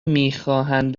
میخواهند